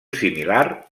similar